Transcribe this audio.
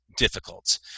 difficult